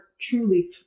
truly